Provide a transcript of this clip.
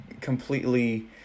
completely